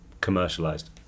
commercialized